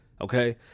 okay